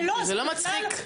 זה לא מצחיק?